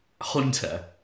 hunter